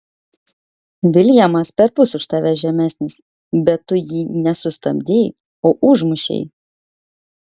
viljamas perpus už tave žemesnis bet tu jį ne sustabdei o užmušei